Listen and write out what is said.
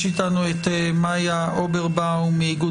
נמצאת איתנו עורכת הדין מיה אוברבאום מאיגוד